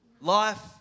Life